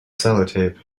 sellotape